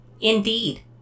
Indeed